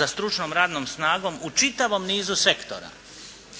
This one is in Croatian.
za stručnom radnom snagom u čitavom nizu sektora.